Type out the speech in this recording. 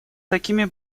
такими